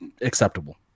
acceptable